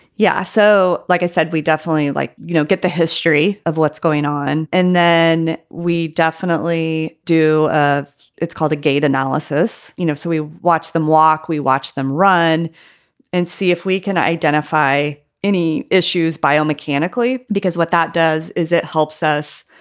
yeah. so like i said, we definitely like, you know, get the history of what's going on. and then we definitely do. it's called a gait analysis. you know, so we watch them walk. we watch them run and see if we can identify any issues. biomechanically because what that does is it helps us.